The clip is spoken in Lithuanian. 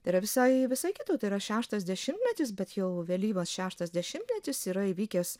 tai yra visai visai kita tai yra šeštas dešimtmetis bet jau vėlyvas šeštas dešimtmetis yra įvykęs